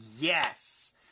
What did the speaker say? Yes